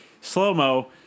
slow-mo